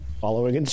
Following